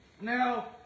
Now